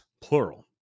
plural